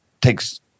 takes –